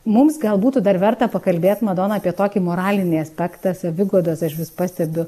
mums gal būtų dar verta pakalbėt madona apie tokį moralinį aspektą saviguodos aš vis pastebiu